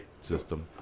system